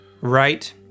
right